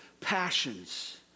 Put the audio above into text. passions